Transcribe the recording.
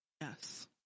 yes